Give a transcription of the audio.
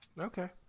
Okay